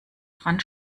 dran